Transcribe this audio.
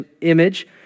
image